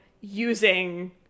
using